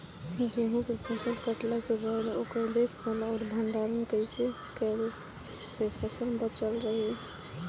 गेंहू के फसल कटला के बाद ओकर देखभाल आउर भंडारण कइसे कैला से फसल बाचल रही?